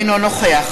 אינו נוכח